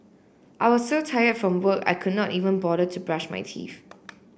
I was so tired from work I could not even bother to brush my teeth